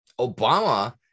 Obama